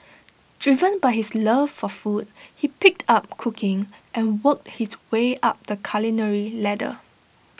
driven by his love for food he picked up cooking and worked his way up the culinary ladder